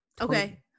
Okay